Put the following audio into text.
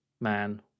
man